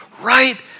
right